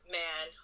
man